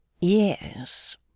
Yes